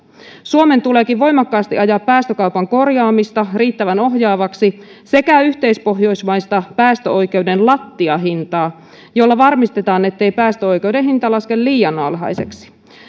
suomen tuleekin voimakkaasti ajaa päästökaupan korjaamista riittävän ohjaavaksi sekä yhteispohjoismaista päästöoikeuden lattiahintaa jolla varmistetaan ettei päästöoikeuden hinta laske liian alhaiseksi